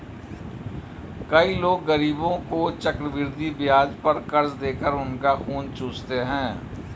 कई लोग गरीबों को चक्रवृद्धि ब्याज पर कर्ज देकर उनका खून चूसते हैं